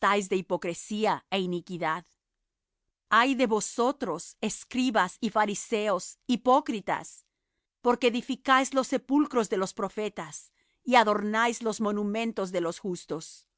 de hipocresía é iniquidad ay de vosotros escribas y fariseos hipócritas porque edificáis los sepulcros de los profetas y adornáis los monumentos de los justos